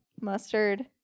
Mustard